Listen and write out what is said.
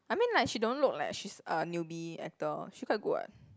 I mean like she don't look like she's a newbie actor she quite good [what]